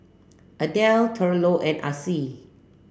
Adelle Thurlow and Acie